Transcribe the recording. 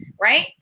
right